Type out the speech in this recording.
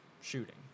shooting